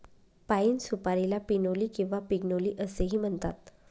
पाइन सुपारीला पिनोली किंवा पिग्नोली असेही म्हणतात